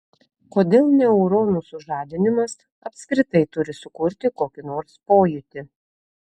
kodėl neuronų sužadinimas apskritai turi sukurti kokį nors pojūtį